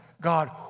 God